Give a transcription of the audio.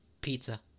Pizza